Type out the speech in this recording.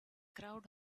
crowd